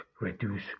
reduce